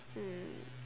mm